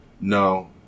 No